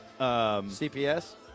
CPS